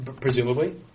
Presumably